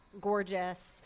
gorgeous